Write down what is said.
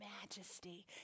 majesty